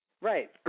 Right